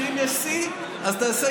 שר החינוך יואב קיש: הנמשל הוא שאם יש